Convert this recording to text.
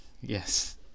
Yes